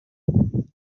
توم